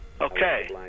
Okay